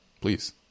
Please